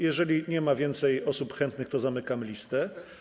Jeżeli nie ma więcej osób chętnych, zamykam listę.